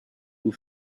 who